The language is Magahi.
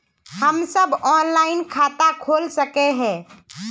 हम सब ऑनलाइन खाता खोल सके है?